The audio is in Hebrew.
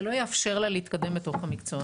זה לא יאפשר לה להתקדם בתוך המקצוע.